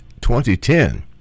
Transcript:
2010